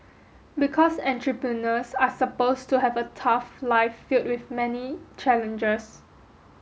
because entrepreneurs are supposed to have a tough life filled with many challenges